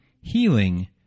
healing